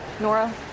Nora